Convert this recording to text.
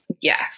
Yes